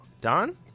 Don